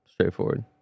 straightforward